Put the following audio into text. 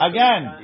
Again